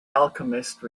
alchemist